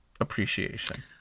appreciation